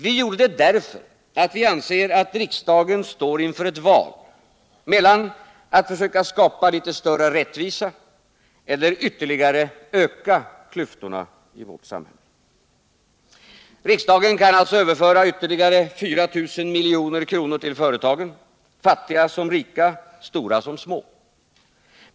Vi gjorde det därför att vi anser att riksdagen står inför ett val mellan att försöka skapa litet större rättvisa eller att ytterligare öka klyftorna i vårt samhälle. Riksdagen kan alltså överföra ytterligare 4 000 milj.kr. till företagen, fattiga som rika, stora som små.